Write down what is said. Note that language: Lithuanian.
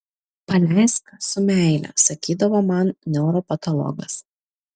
paleisk su meile sakydavo man neuropatologas